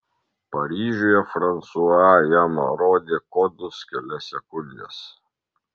paryžiuje fransua jam rodė kodus kelias sekundes